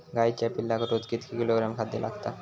गाईच्या पिल्लाक रोज कितके किलोग्रॅम खाद्य लागता?